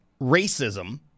racism